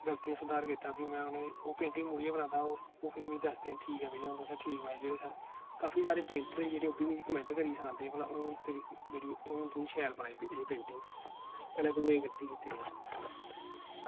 गल्तियां सुधार कीता ते फ्ही में उ'नें गी ओह् पेंटिंग मुड़ियै बनांदा ते ओह् मिगी दस्सदे भैया एह् पेंटिंग तुसें ठीक बनाई काफी सारे पेंटर हे भला ओह् मिगी सनांदे कि भला जेह्ड़ी तूं हून शैल बनाई एह् पेंटिंग ओह् तुसें एह् गल्ती कीती दी